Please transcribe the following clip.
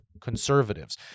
conservatives